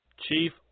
Chief